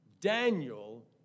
Daniel